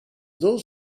those